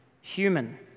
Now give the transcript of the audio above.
human